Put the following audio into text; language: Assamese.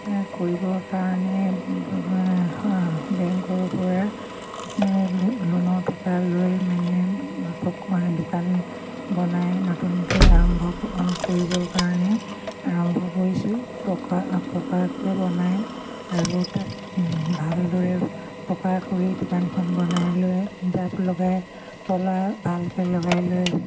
কৰিবৰ কাৰণে বেংকৰ পৰা লোণৰ টকা লৈ মানে দোকান বনাই নতুনকৈ আৰম্ভ কৰিবৰ কাৰণে আৰম্ভ কৰিছোঁ পকা পকাকে বনাই আৰু তাত ভালদৰে পকা কৰি দোকানখন বনাই লৈ জাপ লগাই তলা ভালকৈ লগাই লৈ